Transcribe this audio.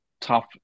tough